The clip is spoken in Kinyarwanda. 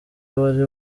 wari